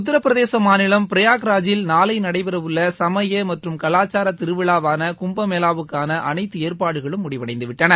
உத்தரபிரதேச மாநிலம் பிரயாக்ராஜில் நாளை நடைபெறவுள்ள சுமய மற்றும் கலாச்சார திருவிழாவான கும்பமேளாவுக்கான அனைத்து ஏற்பாடுகளும் முடிவடைந்து விட்டன